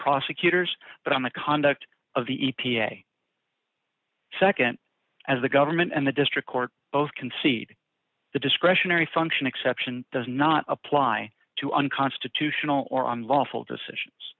prosecutors but on the conduct of the e p a nd as the government and the district court both concede the discretionary function exception does not apply to unconstitutional or unlawful decisions